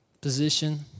position